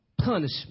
punishment